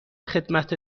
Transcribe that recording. خدمت